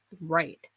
right